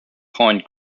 point